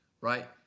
Right